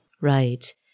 Right